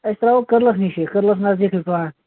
أسۍ ترٛاوو قٔدلس نِشی قٔدلس نزدیٖک